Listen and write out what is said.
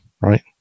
right